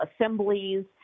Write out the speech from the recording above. assemblies